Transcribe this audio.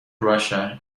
russia